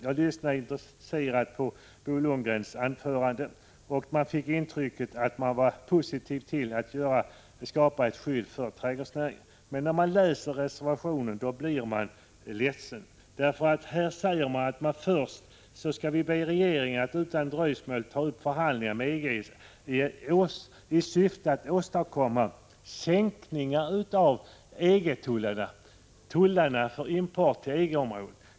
Jag lyssnade intresserat på Bo Lundgrens anförande, och jag fick intrycket att han var positivt inställd till att skapa ett skydd för trädgårdsnäringen. Men när jag läser reservationen blir jag ledsen. Först säger man att man skall be regeringen att utan dröjsmål ta upp förhandlingar med EG i syfte att åstadkomma sänkningar av tullarna för import till EG-området.